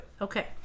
Okay